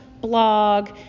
blog